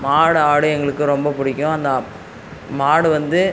மாடு ஆடு எங்களுக்கு ரொம்ப பிடிக்கும் அந்த மாடு வந்து